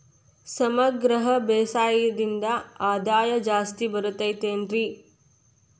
ಸಮಗ್ರ ಬೇಸಾಯದಿಂದ ಆದಾಯ ಜಾಸ್ತಿ ಬರತೈತೇನ್ರಿ?